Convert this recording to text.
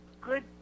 good